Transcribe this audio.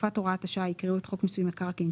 בתקופת הוראת השעה יקראו את חוק מיסוי מקרקעין,